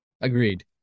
Agreed